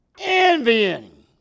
Envying